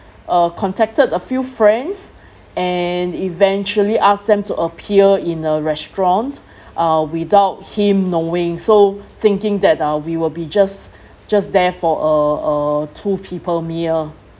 uh contacted a few friends and eventually ask them to appear in a restaurant uh without him knowing so thinking that uh we will be just just there for a uh two people meal